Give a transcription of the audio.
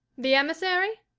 the emissary?